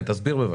תסביר בבקשה.